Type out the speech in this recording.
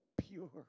pure